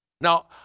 Now